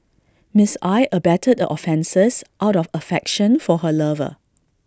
Miss I abetted the offences out of affection for her lover